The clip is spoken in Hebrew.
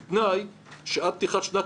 ואני אומר זאת שוב: גם אם הייתי משיג היום